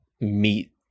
meet